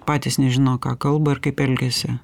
patys nežino ką kalba ir kaip elgiasi